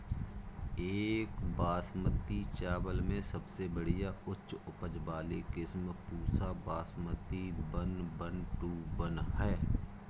एक बासमती चावल में सबसे बढ़िया उच्च उपज वाली किस्म Pusa Basmati one one two one ह?